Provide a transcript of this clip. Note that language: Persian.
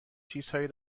چیزهایی